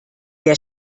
der